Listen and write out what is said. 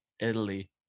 italy